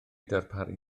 darparu